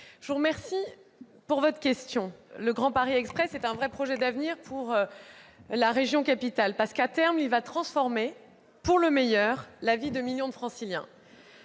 je vous remercie de votre question. Le Grand Paris Express est un vrai projet d'avenir pour la région capitale. À terme, il va transformer, pour le meilleur, la vie de millions de Franciliens.